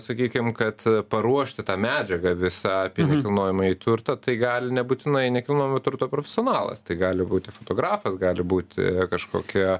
sakykim kad paruošti tą medžiagą visą apie nekilnojamąjį turtą tai gali nebūtinai nekilnojamo turto profesionalas tai gali būti fotografas gali būti kažkokie